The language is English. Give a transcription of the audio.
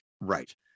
Right